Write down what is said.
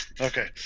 Okay